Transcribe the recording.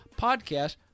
podcast